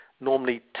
normally